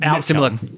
similar